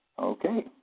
Okay